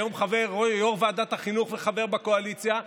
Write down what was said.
היום יו"ר ועדת החינוך וחבר בקואליציה,